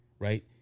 Right